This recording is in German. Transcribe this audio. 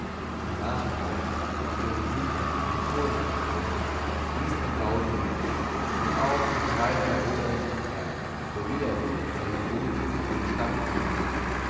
die nachfolger auf ihren gütern in kurland hausend ließen den bau liegen und auch der freiherr roderich von r der wiederum seinen wohnsitz auf dem stammgute nahm